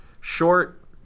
short